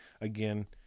again